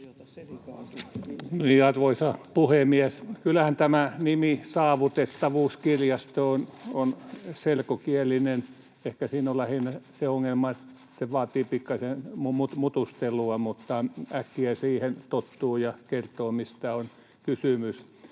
Arvoisa puhemies! Kyllähän tämä nimi Saavutettavuuskirjasto on selkokielinen. Ehkä siinä on lähinnä se ongelma, että se vaatii pikkasen mutustelua, mutta äkkiä siihen tottuu, ja se kertoo, mistä on kysymys.